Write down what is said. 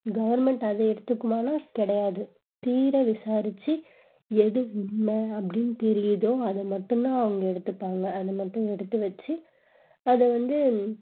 government அதை எடுத்துக்குமான்னால் கிடையாது தீர விசாரித்து எது உண்மை அப்படின்னு தெரியுதோ அதை மட்டும் தான் அவங்க எடுத்துப்பாங்க அது மட்டும் எடுத்து வெச்சு அதை வந்து